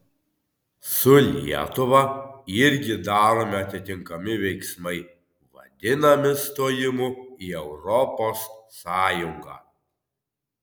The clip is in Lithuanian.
su lietuva irgi daromi atitinkami veiksmai vadinami stojimu į europos sąjungą